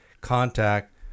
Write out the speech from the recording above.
contact